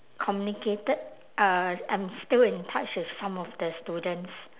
communicated uh I'm still in touch with some of the students